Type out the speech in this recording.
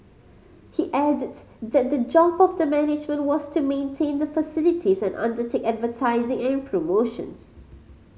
he added that the job of the management was to maintain the facilities and undertake advertising and promotions